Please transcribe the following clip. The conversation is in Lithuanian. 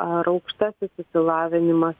ar aukštasis išsilavinimas